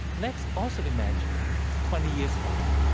let's also imagine twenty years from now,